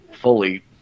fully